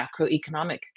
macroeconomic